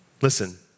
Listen